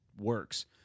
works